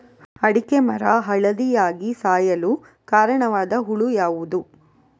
ಅಡಿಕೆ ಮರ ಹಳದಿಯಾಗಿ ಸಾಯಲು ಕಾರಣವಾದ ಹುಳು ಯಾವುದು?